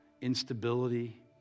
instability